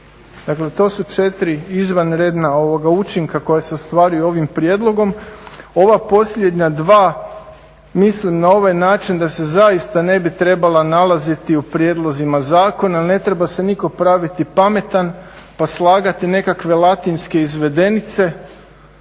Dakle, to su četiri izvanredna učinka koja se ostvaruju ovim prijedlogom. Ova posljednja dva mislim na ovaj način da se zaista ne bi trebala nalaziti u prijedlozima zakona, jer ne treba se nitko praviti pametan, pa slagati nekakve latinske izvedenice